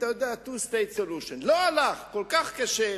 לא הלך, זה כל כך קשה.